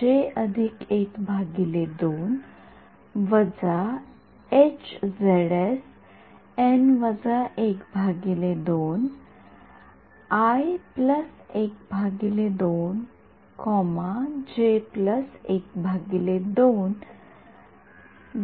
समीकरणे लिहू